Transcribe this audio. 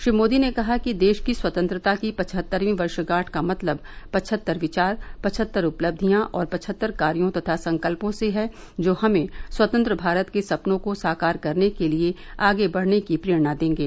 श्री मोदी ने कहा कि देश की स्वतंत्रता की पचहत्तरवीं वर्षगांठ का मतलब पचहत्तर विचार पचहत्तर उपलक्षियां और पचहत्तर कार्यो तथा संकल्पों से है जो हमें स्वतंत्र भारत के सपनों को साकार करने के लिए आगे बढने की प्रेरणा देंगे